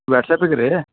ವ್ಯಾಟ್ಸ್ಆ್ಯಪಿಗ್ರಿ